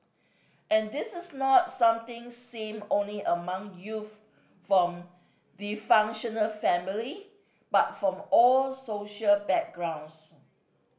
and this is not something seen only among youth from dysfunctional family but from all social backgrounds